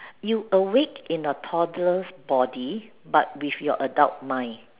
you awake in a toddler's body but with your adult mind